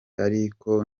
ariko